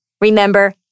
remember